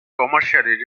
commercially